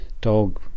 dog